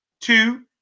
two